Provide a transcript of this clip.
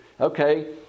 Okay